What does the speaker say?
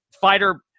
fighter